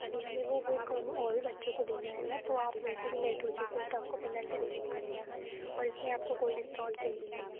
अभी हमें वो बुक अब और भी बच्चों को देना है ना तो आप वैसे भी लेट हो चुके हो तो आपको पेनाल्टी देना ही पड़ेगा और इसमें आपको कोई डिस्काउंट नहीं मिलेगा